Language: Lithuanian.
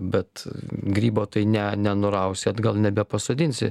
bet grybo tai ne nenurausi atgal nebepasodinsi